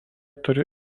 turi